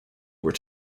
were